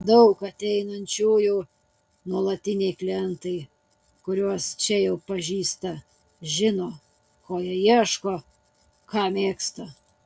daug ateinančiųjų nuolatiniai klientai kuriuos čia jau pažįsta žino ko jie ieško ką mėgsta